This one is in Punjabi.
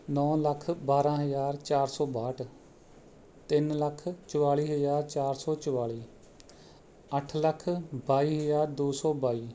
ਨੌ ਲੱਖ ਬਾਰਾਂ ਹਜ਼ਾਰ ਚਾਰ ਸੌ ਬਾਹਠ ਤਿੰਨ ਲੱਖ ਚੁਤਾਲੀ ਹਜ਼ਾਰ ਚਾਰ ਸੌ ਚੁਤਾਲੀ ਅੱਠ ਲੱਖ ਬਾਈ ਹਜ਼ਾਰ ਦੋ ਸੌ ਬਾਈ